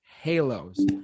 Halos